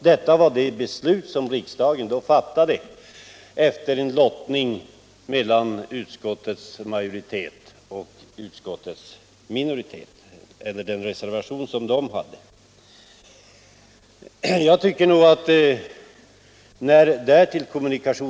Detta var det beslut som riksdagen då fattade efter en lottning mellan utskottsmajoritetens hemställan och den reservation som utskottsminoriteten hade.